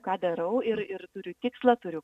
ką darau ir ir turiu tikslą turiu